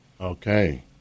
Okay